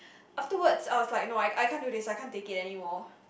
afterwards I was like no I I can't do this I can't take it anymore